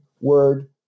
word